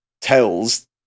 tells